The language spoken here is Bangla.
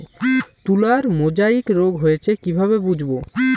তুলার মোজাইক রোগ হয়েছে কিভাবে বুঝবো?